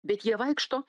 bet jie vaikšto